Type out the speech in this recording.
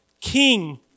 king